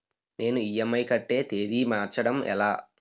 నేను ఇ.ఎం.ఐ కట్టే తేదీ మార్చడం ఎలా?